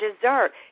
dessert